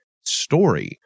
story